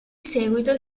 seguito